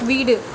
வீடு